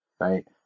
right